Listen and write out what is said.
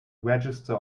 register